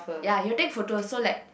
ya he will take photo so like